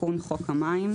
תיקון חוק המים.